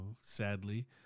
sadly